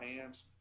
hands